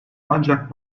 ancak